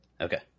Okay